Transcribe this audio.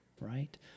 Right